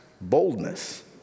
boldness